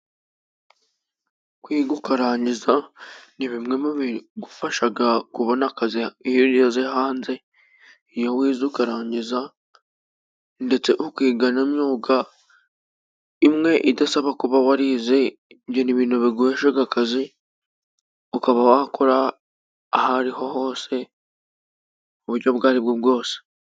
Kwiga ukarangiza ni bimwe mu bigufasha kubona akazi iyo ugeze hanze iyo wize ukarangiza , ndetse ukiga n'imyuga imwe idasaba kuba warize ibyo ni ibintu biguhesha akazi ukaba wakora aho ariho hose mu buryo ubwo aribwo bwose.